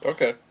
Okay